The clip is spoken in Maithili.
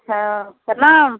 हँ प्रणाम